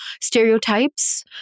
stereotypes